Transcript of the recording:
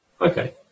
Okay